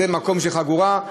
זה מקום של חגורה,